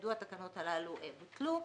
וכידוע התקנות הללו בוטלו,